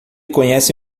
conhece